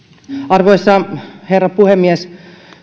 arvoisa herra puhemies